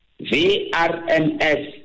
VRMS